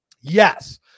Yes